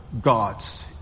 gods